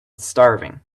starving